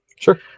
Sure